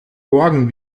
morgen